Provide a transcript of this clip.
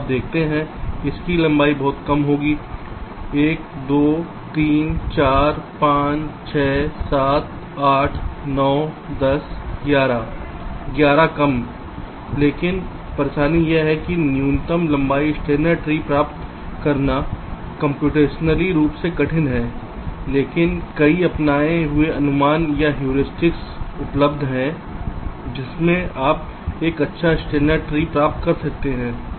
तो आप देखते हैं कि इसकी लंबाई बहुत कम होगी 1 2 3 4 5 6 7 8 9 10 11 11 कम लेकिन परेशानी यह है कि न्यूनतम लंबाई स्टेनर ट्री प्राप्त करना कम्प्यूटेशनल रूप से कठिन है लेकिन कई अपनाए हुए अनुमान या ह्यूरिस्टिक उपलब्ध है जिसमें आप एक अच्छा स्टेनर ट्री प्राप्त कर सकते हैं